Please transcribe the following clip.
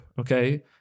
okay